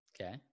Okay